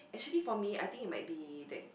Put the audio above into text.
actually for me I think it might be that